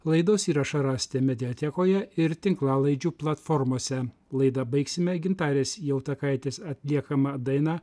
laidos įrašą rasite mediatekoje ir tinklalaidžių platformose laidą baigsime gintarės jautakaitės atliekama daina